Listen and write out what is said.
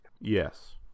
Yes